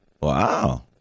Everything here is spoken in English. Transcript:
Wow